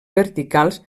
verticals